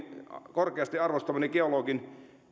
korkeasti arvostamani geologin